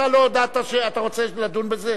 אתה לא הודעת שאתה רוצה לדון בזה?